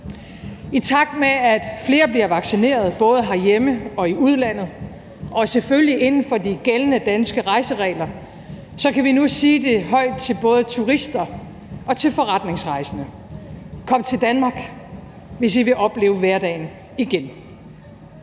I takt med at flere bliver vaccineret både herhjemme og i udlandet, kan vi nu – og selvfølgelig inden for de gældende danske rejseregler – sige det højt til både turister og til forretningsrejsende: Kom til Danmark, hvis I vil opleve hverdagen igen.